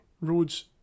Roads